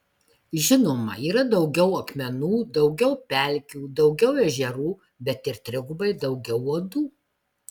žinoma yra daugiau akmenų daugiau pelkių daugiau ežerų bet ir trigubai daugiau uodų